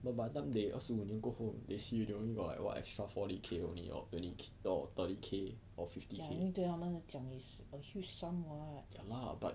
but by the time they 二十五年过后 they see they only got like what extra forty K only or twenty K or thirty K or fifty K ya lah but